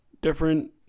different